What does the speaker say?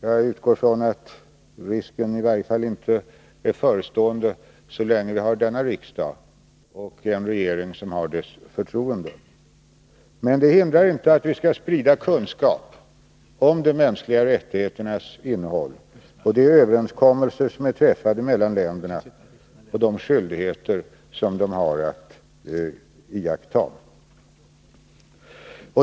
Jag utgår från att risken i varje fall inte är förestående så länge vi har denna riksdag och en regering som har dess förtroende. Men det hindrar inte att vi skall sprida kunskap om de mänskliga rättigheternas innehåll, de överenskommelser som har träffats mellan länderna och de skyldigheter de har att iaktta.